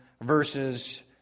verses